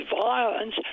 violence